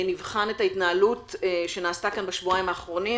נבחן את ההתנהלות שנעשתה כאן בשבועיים האחרונים